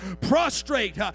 prostrate